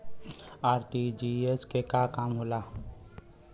RTGS के का काम होला?